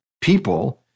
people